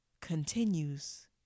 continues